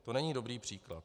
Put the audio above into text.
To není dobrý příklad.